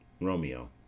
Romeo